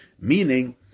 Meaning